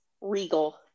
regal